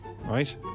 Right